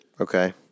Okay